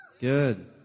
Good